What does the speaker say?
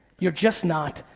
you're just not.